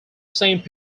saint